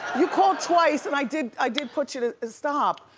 you called twice and i did i did put you to stop.